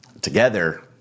together